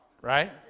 right